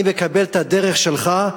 אני מקבל את הדרך שלך.